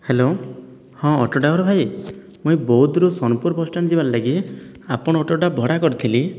hello ହଁ auto driver ଭାଇ ମୁଁ ଏଇ ବୌଦ୍ଧରୁ ସୋନପୁର ବସ୍ ଷ୍ଟାଣ୍ଡ ଯିବାର ଲାଗି ଆପଣ ଅଟୋଟା ଭଡ଼ା କରିଥିଲି